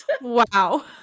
Wow